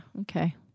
okay